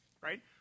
right